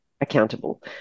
accountable